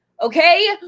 Okay